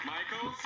Michael